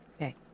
Okay